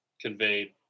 conveyed